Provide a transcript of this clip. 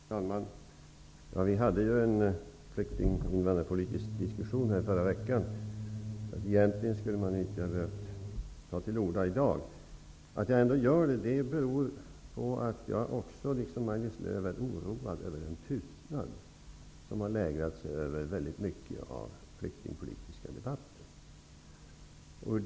Herr talman! Vi hade här i riksdagen förra veckan en flykting och invandrarpolitisk diskussion, och egentligen skulle jag inte ha behövt ta till orda i dag. Att jag ändå gör detta beror på att jag liksom Maj-Lis Lööw är oroad över den tystnad som har lägrat sig över en stor del av den flyktingpolitiska debatten.